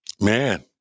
man